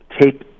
take